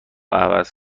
عوض